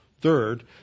Third